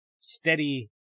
steady